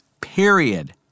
period